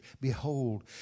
Behold